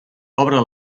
obre